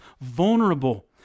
vulnerable